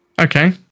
Okay